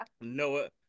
Noah